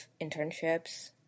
internships